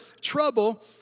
trouble